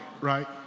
right